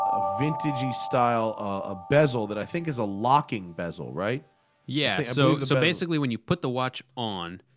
ah vintage-y style ah bezel, that i think is a locking bezel, right yeah, so so basically when you put the watch on,